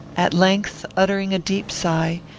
at length, uttering a deep sigh,